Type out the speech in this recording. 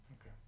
Okay